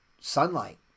sunlight